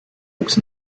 wuchs